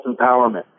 empowerment